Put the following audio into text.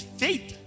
faith